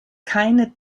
keine